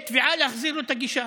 בתביעה להחזיר לו את הגישה.